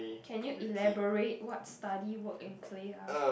can you elaborate what study work and play are